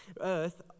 earth